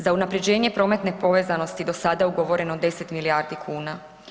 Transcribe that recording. Za unapređenje prometne povezanosti do sada je ugovoreno 10 milijardi kuna.